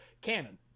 canon